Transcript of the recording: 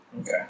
okay